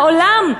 מעולם,